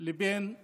לבין הליכוד.